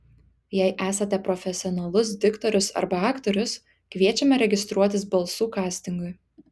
jei esate profesionalus diktorius arba aktorius kviečiame registruotis balsų kastingui